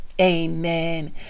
Amen